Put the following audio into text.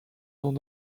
son